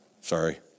Sorry